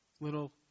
little